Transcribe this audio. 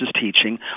teaching